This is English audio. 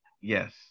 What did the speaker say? Yes